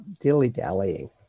dilly-dallying